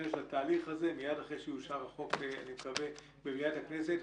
להיכנס לתהליך הזה מייד לאחר שיאושר החוק אני מקווה במליאת הכנסת,